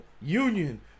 Union